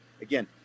again